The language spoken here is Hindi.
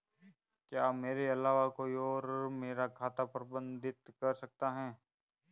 क्या मेरे अलावा कोई और मेरा खाता प्रबंधित कर सकता है?